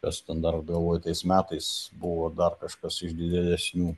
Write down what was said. kas ten dar galvoju tais metais buvo dar kažkas iš didelesnių